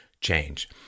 change